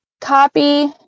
copy